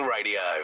Radio